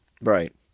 Right